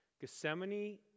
Gethsemane